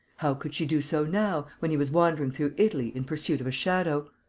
how could she do so now, when he was wandering through italy in pursuit of a shadow?